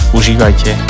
užívajte